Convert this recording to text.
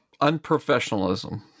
unprofessionalism